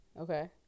Okay